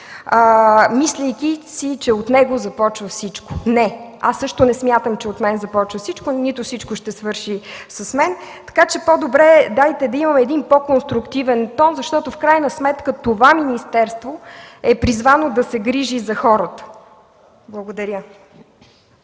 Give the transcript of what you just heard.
мислейки си, че от него започва всичко. Не! Аз също не смятам, че от мен започва всичко, нито всичко ще свърши с мен! По-добре дайте да имаме един по-конструктивен тон, защото в крайна сметка това министерство е призвано да се грижи за хората. Благодаря.